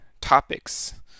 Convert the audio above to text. topics